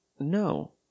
No